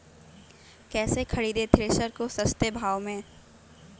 कैसे खरीदे थ्रेसर को सस्ते भाव में?